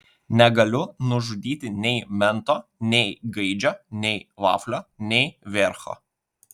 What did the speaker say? negaliu nužudyti nei mento nei gaidžio nei vaflio nei viercho